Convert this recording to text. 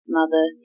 mother